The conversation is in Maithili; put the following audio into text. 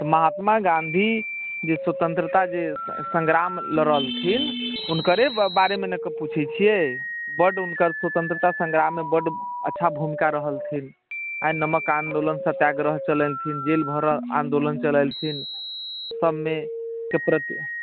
महात्मा गाँधी जे स्वतन्त्रता जे सङ्ग्राम लड़लखिन हुनकरे बारेमे ने पुछैत छियै बड हुनकर स्वतन्त्रता सङ्ग्राममे बड अच्छा भूमिका रहलथिन आ नमक आन्दोलन सत्याग्रह चलेलथिन जेल भरऽ आन्दोलन चलेलथिन सभमेके प्रति